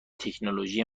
تکنولوژی